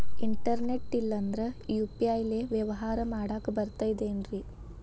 Internet ಇಲ್ಲಂದ್ರ UPI ಲೇ ವ್ಯವಹಾರ ಮಾಡಾಕ ಬರತೈತೇನ್ರೇ?